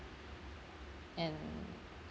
and